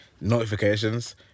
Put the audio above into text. notifications